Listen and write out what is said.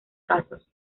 casos